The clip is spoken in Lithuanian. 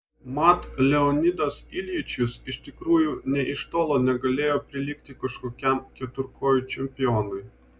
mat leonidas iljičius iš tikrųjų nė iš tolo negalėjo prilygti kažkokiam keturkojui čempionui